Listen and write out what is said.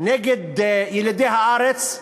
נגד ילידי הארץ,